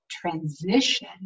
transition